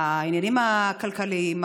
העניינים הכלכליים,